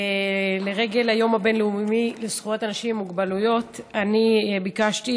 לרגל היום הבין-לאומי לזכויות אנשים עם מוגבלויות ביקשתי